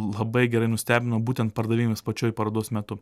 labai gerai nustebino būtent pardavimais pačioj parodos metu